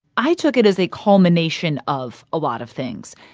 i took it as a culmination of a lot of things.